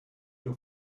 your